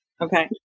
Okay